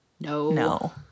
No